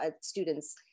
student's